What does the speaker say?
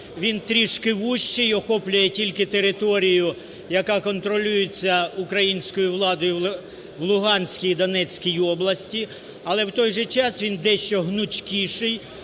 він трішки вужчий і охоплює тільки територію, яка контролюється українською владою в Луганській і Донецькій областях. Але у той же час він дещо гнучкіший,